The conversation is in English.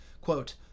Quote